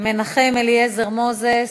מנחם אליעזר מוזס,